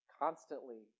Constantly